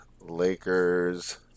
Lakers